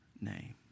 name